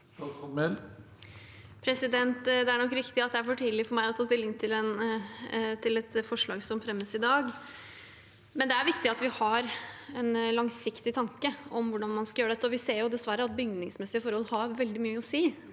Det er nok riktig at det er for tidlig for meg å ta stilling til et forslag som er fremmet i dag, men det er viktig at vi har en langsiktig tanke om hvordan man skal gjøre dette. Vi ser dessverre at bygningsmessige forhold har veldig mye å si,